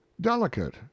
delicate